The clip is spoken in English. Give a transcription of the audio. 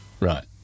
Right